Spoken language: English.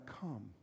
come